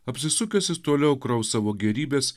apsisukęs jis toliau kraus savo gėrybes